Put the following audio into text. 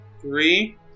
Three